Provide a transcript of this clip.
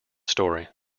story